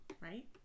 right